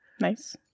Nice